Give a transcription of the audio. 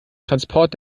transport